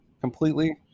completely